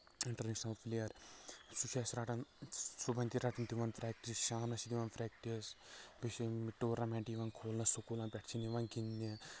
international player سُہ چھُ اَسہِ رَٹان صبُحن تہِ رَٹان دِوان پریکٹِس شامَس تہِ دِوان پریکٹِس بیٚیہِ چھُ یہِ ٹورنمیٚنٛٹ یِوان کھولنہٕ سکوٗلَن پٮ۪ٹھ چھِ نِوان گنٛدنہِ